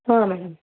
ಹಾಂ ಮೇಡಮ್